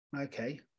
okay